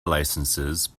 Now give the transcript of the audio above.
licences